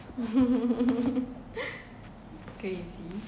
it's crazy